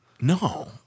No